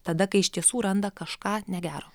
tada kai iš tiesų randa kažką negero